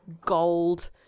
gold